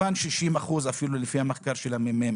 לפי מחקר של מרכז המחקר והמידע,